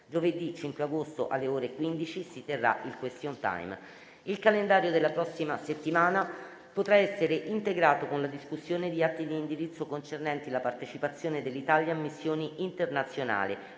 Giovedì 5 agosto alle ore 15 si terrà il *question time.* Il calendario della prossima settimana potrà essere integrato con la discussione di atti di indirizzo concernenti la partecipazione dell'Italia a missioni internazionali,